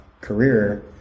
career